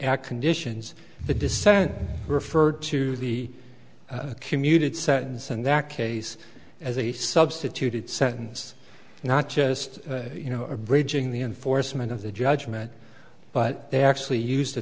add conditions the dissent referred to the commuted sentence in that case as a substituted sentence not just you know bridging the enforcement of the judgment but they actually used the